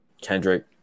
Kendrick